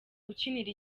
ukinira